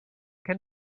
can